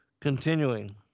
continuing